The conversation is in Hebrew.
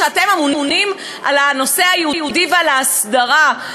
ואתם אמונים על הנושא היהודי וההסדרה.